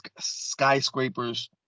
skyscrapers